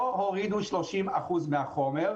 לא הורידו 30% מהחומר.